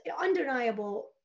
undeniable